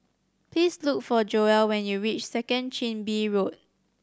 please look for Joell when you reach Second Chin Bee Road